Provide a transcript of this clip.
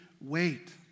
Wait